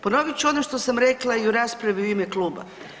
Ponovit ću ono što sam rekla i u raspravi u ime kluba.